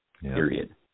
period